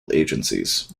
agencies